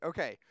Okay